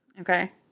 Okay